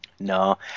No